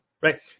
Right